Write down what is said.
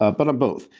ah but on both.